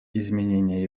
изменение